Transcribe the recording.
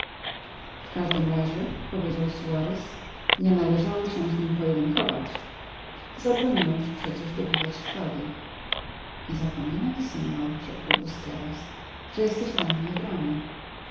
w każdym razie powiedział suarez nie na leżało się z nim pojedynkować zabroniłem ci przecież dobywać szpady nie zapominaj senor rzekł busqueros że jesteś ranny w ramię